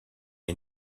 est